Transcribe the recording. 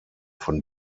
von